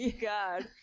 god